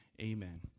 amen